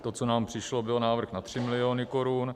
To, co nám přišlo, byl návrh na 3 miliony korun.